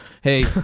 Hey